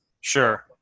Sure